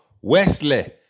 Wesley